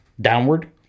downward